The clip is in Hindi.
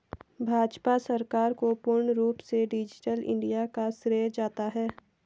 भाजपा सरकार को पूर्ण रूप से डिजिटल इन्डिया का श्रेय जाता है